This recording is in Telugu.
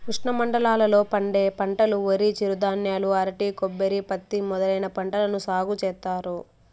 ఉష్ణమండలాల లో పండే పంటలువరి, చిరుధాన్యాలు, అరటి, కొబ్బరి, పత్తి మొదలైన పంటలను సాగు చేత్తారు